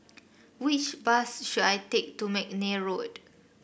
which bus should I take to McNair Road